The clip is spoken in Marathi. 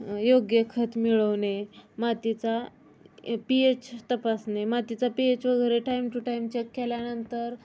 योग्य खत मिळवणे मातीचा पी एच तपासणे मातीचा पी एच वगैरे टाईम टू टाईम चेक केल्यानंतर